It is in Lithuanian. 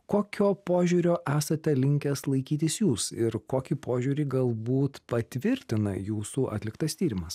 kokio požiūrio esate linkęs laikytis jūs ir kokį požiūrį galbūt patvirtina jūsų atliktas tyrimas